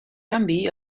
canvi